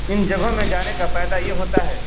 ان جگہوں میں جانے کا فائدہ یہ ہوتا ہے